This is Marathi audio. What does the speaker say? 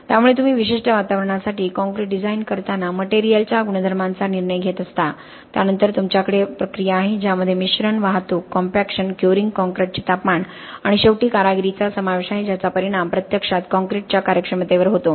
त्यामुळे तुम्ही विशिष्ट वातावरणासाठी काँक्रीट डिझाइन करताना मटेरिअल च्या गुणधर्मांचा निर्णय घेत असता त्यानंतर तुमच्याकडे प्रक्रिया आहे ज्यामध्ये मिश्रण वाहतूक कॉम्पॅक्शन क्युअरिंग कॉंक्रिटचे तापमान आणि शेवटी कारागिरीचा समावेश आहे ज्याचा परिणाम प्रत्यक्षात काँक्रीट च्या कार्यक्षमते वर होतो